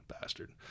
Bastard